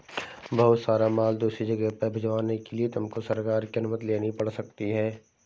बहुत सारा माल दूसरी जगह पर भिजवाने के लिए तुमको सरकार की अनुमति लेनी पड़ सकती है